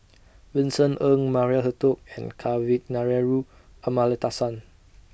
Vincent Ng Maria Hertogh and Kavignareru Amallathasan